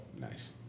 Nice